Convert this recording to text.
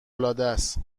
العادست